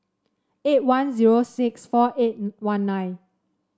eight one zero six four eight one nine